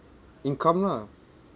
income lah